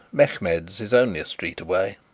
mehmed's is only a street away.